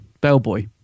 Bellboy